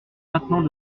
maintenant